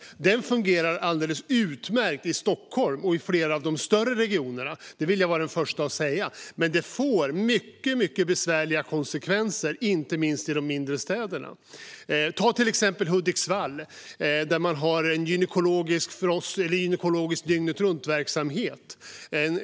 Att den fungerar alldeles utmärkt i Stockholm och i flera av de större regionerna vill jag vara den första att säga, men den får mycket besvärliga konsekvenser inte minst i de mindre städerna. Ta till exempel Hudiksvall, där man har en gynekologisk dygnetruntverksamhet.